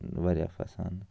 واریاہ پھسان